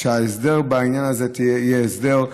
שההסדר בעניין הזה יהיה הסדר,